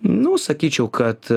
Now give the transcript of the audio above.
nu sakyčiau kad